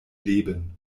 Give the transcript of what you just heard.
leben